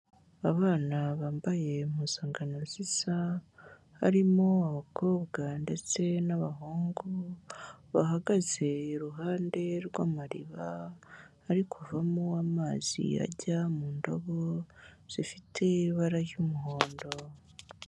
Abana bambaye impuzangano zisa harimo abakobwa ndetse n'abahungu, bahagaze iruhande rw'amariba ari kuvamo amazi ajya mu ndobo zifite ibara ry'umuhondo.